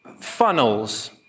funnels